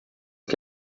que